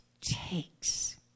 takes